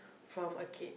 from a kid